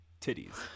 Titties